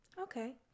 okay